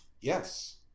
yes